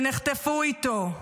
שנחטפו איתו,